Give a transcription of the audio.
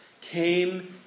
came